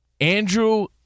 Andrew